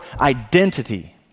identity